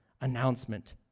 announcement